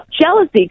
jealousy